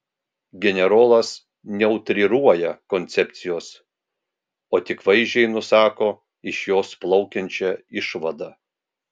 generolas neutriruoja koncepcijos o tik vaizdžiai nusako iš jos plaukiančią išvadą